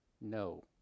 no